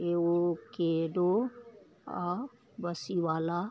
avocado आ बसीवाला